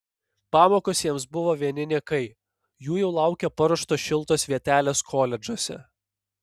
pamokos jiems buvo vieni niekai jų jau laukė paruoštos šiltos vietelės koledžuose